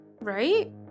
Right